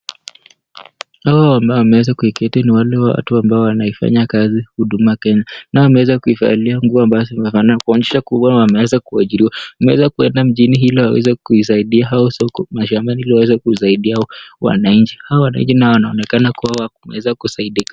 Hawa ambao wameweza kuketi ni wale ambao wanafanya kazi Huduma Kenya nao wameweza kuvalia nguo ambazo zinafanana kuonyesha kuwa wameweza kuachiriwa. Wameweza kuenda mjini iko waweze kusaidia au soko mashambani ili waweze kusaidia Wananchi. Hawa wananchi nao wanaonekana kuwa hawakuweza kusaidika.